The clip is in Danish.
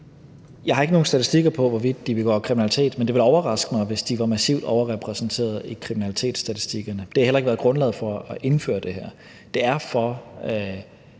Jeg har ikke nogen statistikker på, hvorvidt de begår kriminalitet, men det ville overraske mig, hvis de var massivt overrepræsenterede i kriminalitetsstatistikkerne. Det har heller ikke været grundlaget for at indføre det her. Det er for